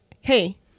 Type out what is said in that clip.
hey